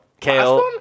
Kale